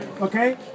Okay